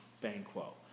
Banquo